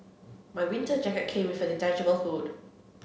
my winter jacket came with a detachable hood